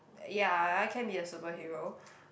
ya I can be a superhero